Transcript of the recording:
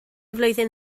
flwyddyn